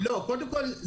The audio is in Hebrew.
קודם כל,